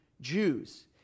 Jews